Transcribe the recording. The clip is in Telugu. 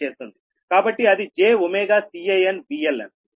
కాబట్టి అది jωCanVLN